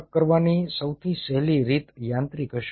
અલગ કરવાની સૌથી સહેલી રીત યાંત્રિક હશે